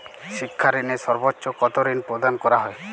শিক্ষা ঋণে সর্বোচ্চ কতো ঋণ প্রদান করা হয়?